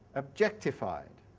objectified